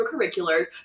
extracurriculars